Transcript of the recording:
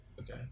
Okay